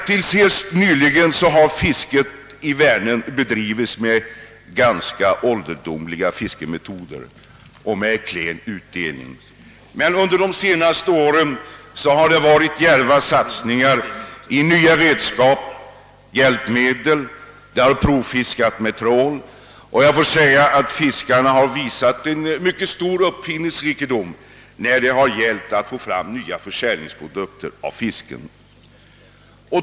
Till helt nyligen har fisket i Vänern bedrivits med ganska ålderdomliga fiskemetoder och med klen utdelning, men under de senaste åren har djärva satsningar förekommit på nya redskap och hjälpmedel. Det har provfiskats med trål och, låt mig framhålla att fiskarna visat en mycket stor uppfinningsrikedom när det gällt att få fram nya försäljningsprodukter av fisken.